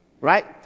right